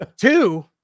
two